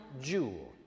jewel